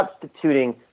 substituting